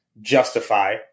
justify